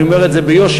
ואני אומר את זה ביושר,